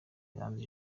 iranzi